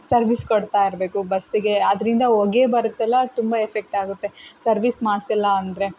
service ಕೊಡ್ತಾ ಇರಬೇಕು ಬಸ್ಸಿಗೆ ಅದರಿಂದ ಹೊಗೆ ಬರುತ್ತಲ್ವ ತುಂಬ ಎಫೆಕ್ಟಾಗುತ್ತೆ ಸರ್ವಿಸ್ ಮಾಡಿಸಿಲ್ಲ ಅಂದರೆ